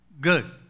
good